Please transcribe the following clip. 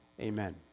Amen